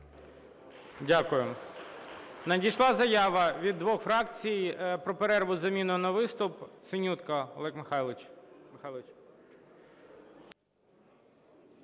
Дякую. Надійшла заява від двох фракцій про перерву з заміною на виступ. Синютка Олег Михайлович.